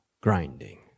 grinding